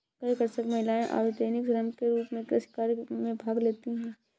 कई कृषक महिलाएं अवैतनिक श्रम के रूप में कृषि कार्य में भाग लेती हैं